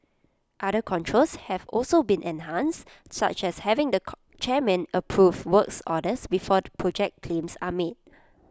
other controls have also been enhanced such as having the con chairman approve works orders before project claims are made